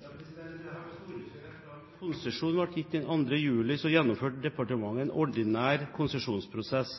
Jeg har lyst til å understreke at fram til konsesjonen ble gitt den 2. juli, gjennomførte departementet en ordinær konsesjonsprosess